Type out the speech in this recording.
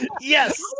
Yes